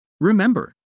Remember